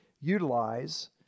utilize